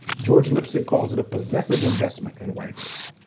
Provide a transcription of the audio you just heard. george lipsett calls it a possessive investment in whiteness.